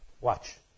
Watch